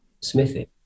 Smithy